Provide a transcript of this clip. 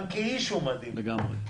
גם כאיש הוא מדהים.